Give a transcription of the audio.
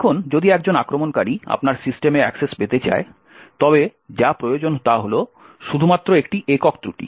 এখন যদি একজন আক্রমণকারী আপনার সিস্টেমে অ্যাক্সেস পেতে চায় তবে যা প্রয়োজন তা হল শুধুমাত্র একটি একক ত্রুটি